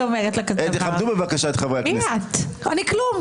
אני כלום.